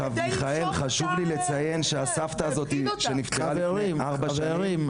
מיכאל חשוב לי לציין שהסבתא הזאת שנפטרה לפני ארבע שנים,